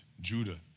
Judah